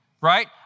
right